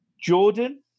Jordan